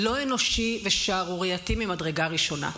לא אנושי ושערורייתי ממדרגה ראשונה.